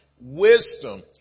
wisdom